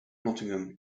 nottingham